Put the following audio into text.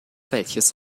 welches